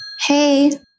Hey